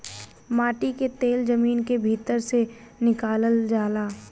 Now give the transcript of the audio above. माटी के तेल जमीन के भीतर से निकलल जाला